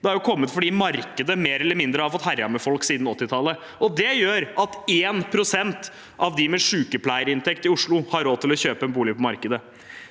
De har kommet fordi markedet mer eller mindre har fått herje med folk siden 1980-tallet. Det gjør at 1 pst. av dem med sykepleierinntekt i Oslo har råd til å kjøpe en bolig på markedet.